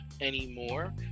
anymore